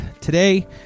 Today